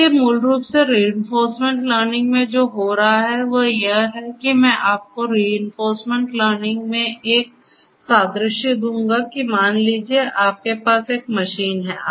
इसलिए मूल रूप से रिइंफोर्समेंट लर्निंग में जो हो रहा है वह यह है कि मैं आपको रिइंफोर्समेंट लर्निंग में एक सादृश्य दूंगा कि मान लीजिएआपके पास एक मशीन है